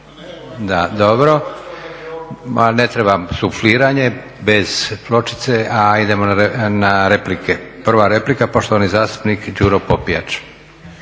Da, dobro. Ne treba sufliranje bez pločice, a idemo na replike. Prva replika poštovani zastupnik Đuro Popijač.